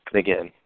again